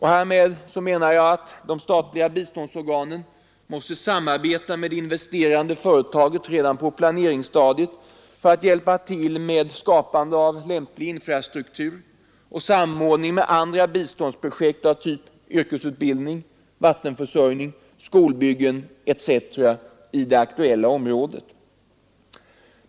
Härmed menar jag att de statliga biståndsorganen måste samarbeta med det investerande företaget redan på planeringsstadiet för att hjälpa till med skapandet av lämplig infrastruktur och samordning med andra biståndsprojekt av typ yrkesutbildning, vattenförsörjning, skolbyggen etc. i det aktuella området.